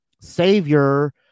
savior